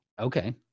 Okay